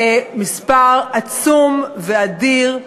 זה מספר עצום ואדיר,